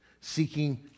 Seeking